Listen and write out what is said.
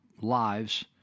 lives